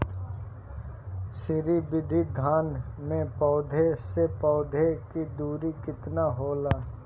श्री विधि धान में पौधे से पौधे के दुरी केतना होला?